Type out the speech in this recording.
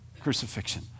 crucifixion